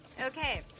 Okay